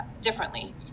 differently